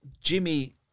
Jimmy